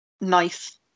nice